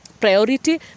priority